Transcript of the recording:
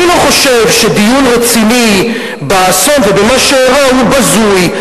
אני לא חושב שדיון רציני באסון ובמה שאירע הוא בזוי.